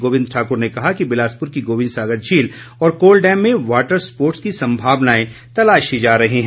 गोविंद ठाकुर ने कहा कि बिलासपुर की गोविंद सागर झील और कोल डैम में वाटर स्पोर्ट्स की संभावनाएं तलाशी जा रही हैं